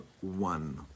one